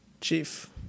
Chief